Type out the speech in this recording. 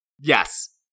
Yes